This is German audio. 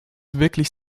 wirklich